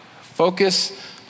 focus